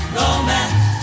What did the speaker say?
romance